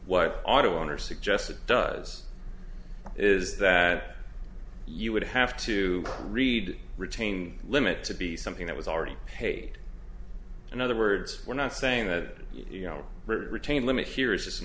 ought to on or suggest it does is that you would have to read retaining limit to be something that was already paid in other words we're not saying that you know retain limit here is just an